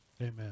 Amen